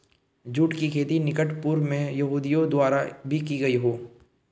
जुट की खेती निकट पूर्व में यहूदियों द्वारा भी की गई हो